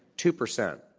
two percent.